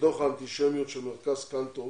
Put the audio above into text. מדוח האנטישמיות של מרכז קנטור